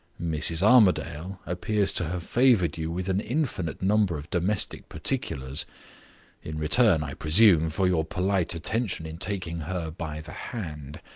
mrs. armadale appears to have favored you with an infinite number of domestic particulars in return, i presume, for your polite attention in taking her by the hand.